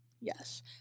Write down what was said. Yes